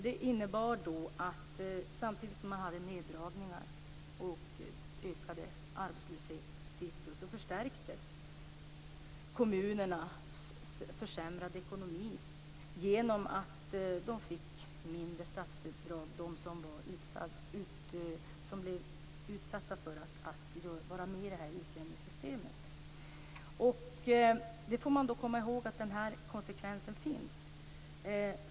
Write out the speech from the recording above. Det innebar att samtidigt som man gjorde neddragningar och arbetslöshetssiffrorna ökade förstärktes försämringen av kommunernas ekonomi genom att de som blev utsatta för utjämningsystemet fick mindre statsbidrag. Man får komma ihåg den konsekvensen.